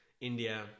India